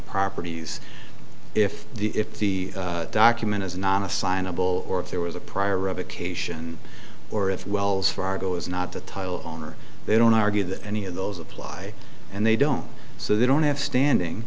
properties if the if the document is non assignable or if there was a prior revocation or if wells fargo is not to title on or they don't argue that any of those apply and they don't so they don't have standing